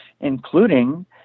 Including